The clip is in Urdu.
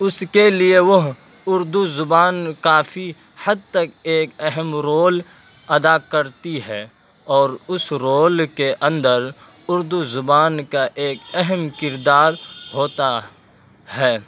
اس کے لیے وہ اردو زبان کافی حد تک ایک اہم رول ادا کرتی ہے اور اس رول کے اندر اردو زبان کا ایک اہم کردار ہوتا ہے